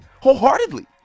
wholeheartedly